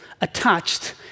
attached